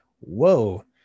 Whoa